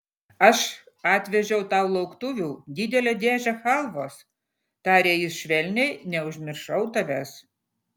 aš atvežiau tau lauktuvių didelę dėžę chalvos tarė jis švelniai neužmiršau tavęs